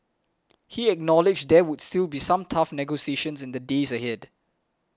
he acknowledged there would still be some tough negotiations in the days ahead